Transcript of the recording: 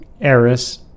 Eris